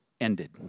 ended